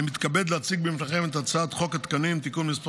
אני מתכבד להציג בפניכם את הצעת חוק התקנים (תיקון מס'